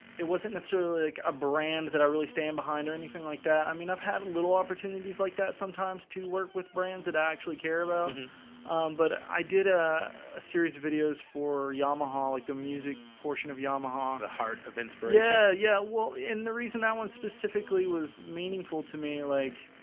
it wasn't necessarily like a brand that i really stand behind or anything like that i mean, i've had little opportunities like that sometimes to work with brands that i actually care about but i did ah a series videos for yamaha like the music portion of yamaha the heart of inspiration. yeah yeah well, and the reason that one specifically was meaningful to me like